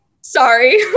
sorry